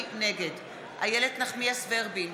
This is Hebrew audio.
איילת נחמיאס ורבין,